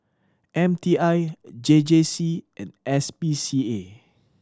M T I J J C and S P C A